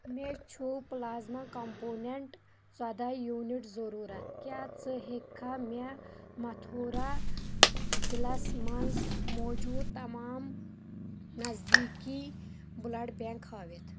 مےٚ چھُ plasma component ژۄدہ یوٗنٹ ضروٗرت، کیٛاہ ژٕ ہیٚککھا مےٚ متھورا ضلعس منٛز موٗجوٗد تمام نزدیٖکی بلڈ بینک ہٲوِتھ؟